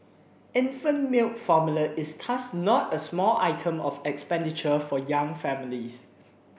infant milk formula is thus not a small item of expenditure for young families